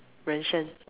人生: ren sheng